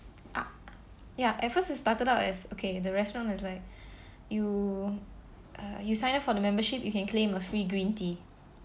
a~ ya at first it started out as okay the restaurant is like you uh you sign up for the membership you can claim a free green tea